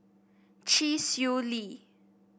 Chee Swee Lee